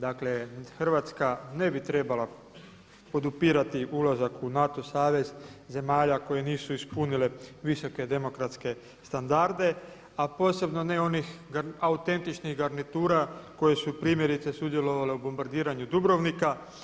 Dakle, Hrvatska ne bi trebala podupirati ulazak u NATO savez zemalja koje nisu ispunile visoke demokratske standarde, a posebno ne onih autentičnih garnitura koje su primjerice sudjelovale u bombardiranju Dubrovnika.